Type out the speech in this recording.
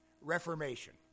reformation